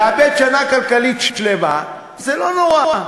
לאבד שנה כלכלית שלמה זה לא נורא.